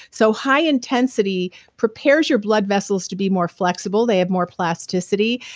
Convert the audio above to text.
so high intensity prepares your blood vessels to be more flexible. they have more plasticity.